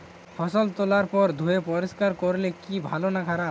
ফসল তোলার পর ধুয়ে পরিষ্কার করলে কি ভালো না খারাপ?